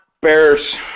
bears